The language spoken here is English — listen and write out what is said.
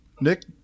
Nick